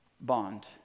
bond